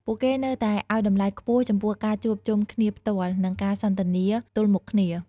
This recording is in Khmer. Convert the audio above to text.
ពួកគេនៅតែឲ្យតម្លៃខ្ពស់ចំពោះការជួបជុំគ្នាផ្ទាល់ និងការសន្ទនាទល់មុខគ្នា។